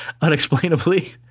unexplainably